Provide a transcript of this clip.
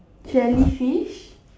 jellyfish